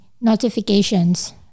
notifications